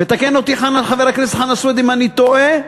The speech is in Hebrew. ותקן אותי, חבר הכנסת חנא סוייד, אם אני טועה,